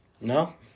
No